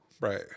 Right